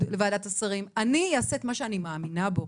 לוועדת השרים אני אעשה את מה שאני מאמינה בו,